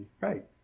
right